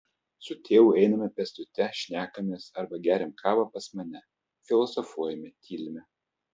su tėvu einame pėstute šnekamės arba geriame kavą pas mane filosofuojame tylime